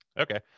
okay